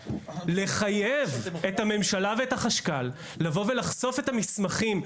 לחייב את הממשלה ואת החשכ"ל לבוא ולחשוף את המסמכים,